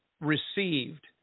received